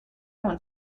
want